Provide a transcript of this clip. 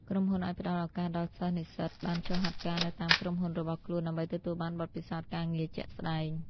ក្រុមហ៊ុនអាចផ្តល់ឱកាសដល់សិស្ស-និស្សិតបានចុះហាត់ការនៅតាមក្រុមហ៊ុនរបស់ខ្លួនដើម្បីទទួលបានបទពិសោធន៍ការងារជាក់ស្តែង។